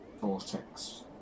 vortex